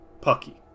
Pucky